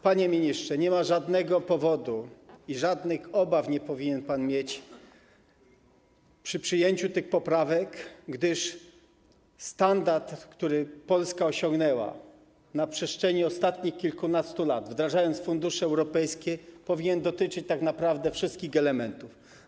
Panie ministrze, nie ma żadnego powodu do obaw i nie powinien pan mieć żadnych obaw przy przyjęciu tych poprawek, gdyż standard, który Polska osiągnęła na przestrzeni ostatnich kilkunastu lat, wdrażając fundusze europejskie, powinien dotyczyć tak naprawdę wszystkich elementów.